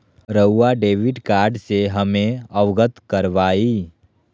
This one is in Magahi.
रहुआ डेबिट कार्ड से हमें अवगत करवाआई?